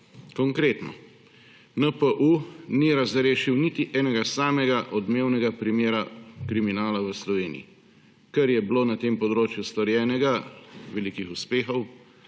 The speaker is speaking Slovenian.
Konkretno. NPU ni razrešil niti enega samega odmevnega primera kriminala v Sloveniji. Kar je bilo na tem področju storjenega velikih uspehov,